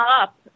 up